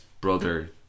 brother